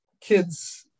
kids